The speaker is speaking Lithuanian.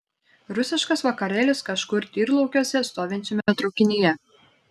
rusiškas vakarėlis kažkur tyrlaukiuose stovinčiame traukinyje